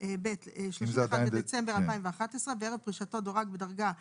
(31 בדצמבר 2011) וערב פרישתו דורג בדרגה ב'